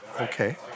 okay